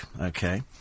Okay